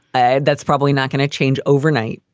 and that's probably not going to change overnight.